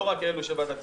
לא רק אלו של ועדת הכספים,